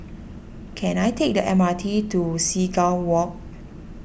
can I take the M R T to Seagull Walk